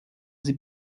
sie